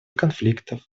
конфликтов